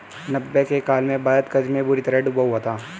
नब्बे के काल में भारत कर्ज में बुरी तरह डूबा हुआ था